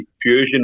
fusion